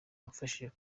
wamfashije